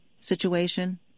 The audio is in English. situation